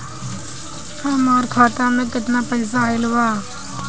हमार खाता मे केतना पईसा आइल बा?